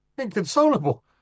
Inconsolable